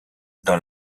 dans